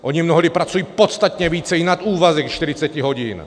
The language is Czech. Oni mnohdy pracují podstatně více, i nad úvazek 40 hodin.